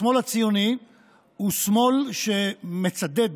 השמאל הציוני הוא שמאל שמצדד